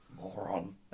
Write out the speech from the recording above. Moron